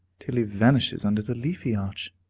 till he vanishes under the leafy arch.